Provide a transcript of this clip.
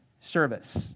service